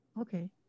okay